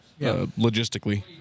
logistically